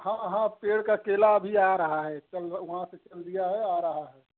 हाँ हाँ पेड़ का केला अभी आ रहा है कल वहाँ से निकल गया है आ रहा है